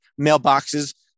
mailboxes